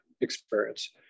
experience